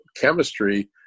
chemistry